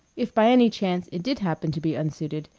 if by any chance it did happen to be unsuited,